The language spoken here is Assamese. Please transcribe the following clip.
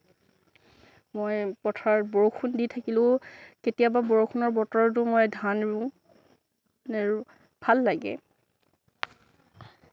মই পথাৰত বৰষুণ দি থাকিলেও কেতিয়াবা বৰষুণৰ বতৰতো মই ধান ৰুওঁ ভাল লাগে